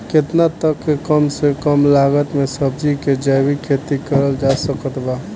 केतना तक के कम से कम लागत मे सब्जी के जैविक खेती करल जा सकत बा?